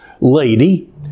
lady